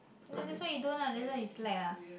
that that's why you don't lah that's why you slack ah